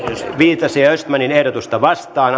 viitasen ja peter östmanin ehdotusta vastaan